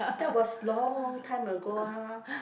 that was long long time ago ah